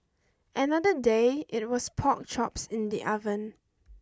another day it was pork chops in the oven